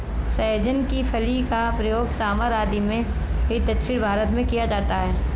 सहजन की फली का प्रयोग सांभर आदि में भी दक्षिण भारत में किया जाता है